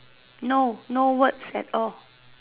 no no words at all